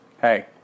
Hey